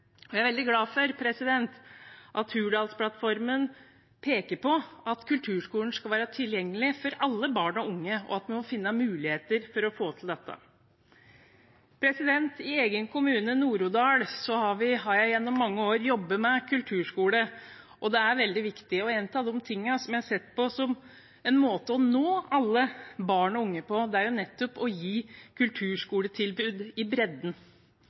våre. Jeg er veldig glad for at Hurdalsplattformen peker på at kulturskolen skal være tilgjengelig for alle barn og unge, og at man må finne muligheter for å få til dette. I min egen kommune, Nord-Odal, har jeg gjennom mange år jobbet med kulturskolen. Det er veldig viktig, og en av måtene jeg har sett på for å nå alle barn og unge, er å gi et kulturskoletilbud i bredden.